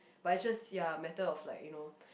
but it's just ya matter of like you know